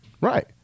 Right